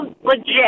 legit